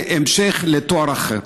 כהמשך לתואר אחר.